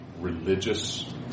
religious